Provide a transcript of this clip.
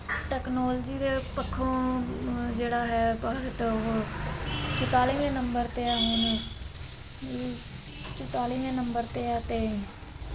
technology ਦੇ ਪੱਖੋਂ ਜਿਹੜਾ ਹੈ ਮਹੱਤਵ ਚੁਤਾਲੀਵੇਂ ਨੰਬਰ 'ਤੇ ਆ ਹੁਣ ਅਤੇ ਚੁਤਾਲੀਵੇਂ ਨੰਬਰ 'ਤੇ ਆ ਅਤੇ